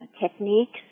Techniques